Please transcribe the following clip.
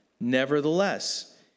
Nevertheless